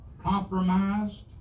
compromised